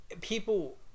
people